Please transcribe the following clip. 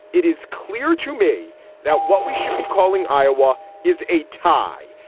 it is clear to me that what we should be calling iowa is a tie,